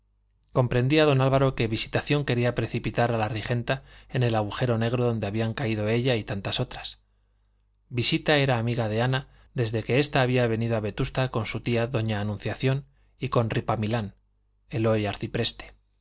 comprendía don álvaro que visitación quería precipitar a la regenta en el agujero negro donde habían caído ella y tantas otras visita era amiga de ana desde que esta había venido a vetusta con su tía doña anunciación y con ripamilán el